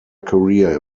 career